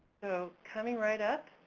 so, coming right up,